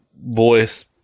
voice